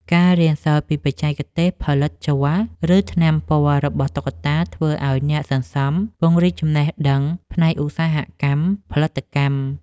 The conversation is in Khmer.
ការរៀនសូត្រពីបច្ចេកទេសផលិតជ័រ ឬថ្នាំពណ៌របស់តុក្កតា ធ្វើឱ្យអ្នកសន្សំពង្រីកចំណេះដឹងផ្នែកឧស្សាហកម្មផលិតកម្ម។